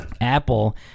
Apple